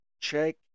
check